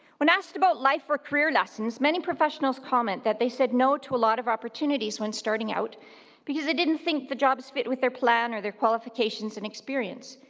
when asked about life or career lessons, many professionals comment that they said no to a lot of opportunities when starting out because they didn't think the jobs fit with their plan or their qualifications and experience.